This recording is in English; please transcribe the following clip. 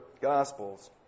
Gospels